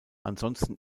ansonsten